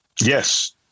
Yes